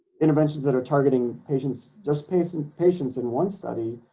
interventions that are targeting patients just patients patients in one study,